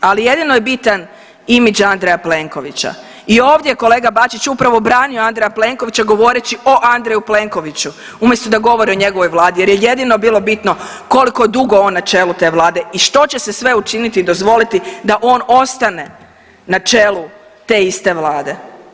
Ali jedino je bitan imidž Andreja Plenkovića i ovdje je kolega Bačić upravo branio Andreja Plenkovića govoreći o Andreju Plenkoviću, umjesto da govori o njegovoj vladi jer je jedino bilo bitno koliko dugo je on na čelu te vlade i što će se sve učiniti i dozvoliti da on ostane na čelu te iste vlade.